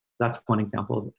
that's one example.